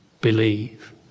believe